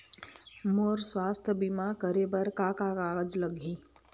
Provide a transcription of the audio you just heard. मोर स्वस्थ बीमा करे बर का का कागज लगही?